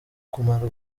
kumara